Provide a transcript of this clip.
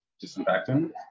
disinfectant